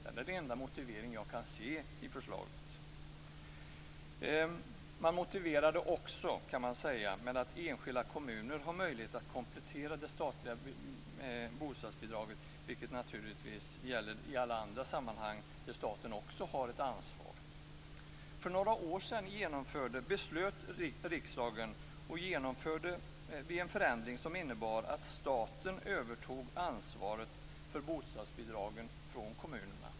Det är den enda motivering jag kan se i förslaget. Man motiverade också med att enskilda kommuner har möjlighet att komplettera det statliga bostadsbidraget, vilket naturligtvis gäller i alla andra sammanhang där staten har ett ansvar. För några år sedan beslöt riksdagen om en förändring som innebar att staten övertog ansvaret för bostadsbidragen från kommunerna.